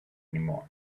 anymore